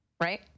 Right